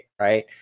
right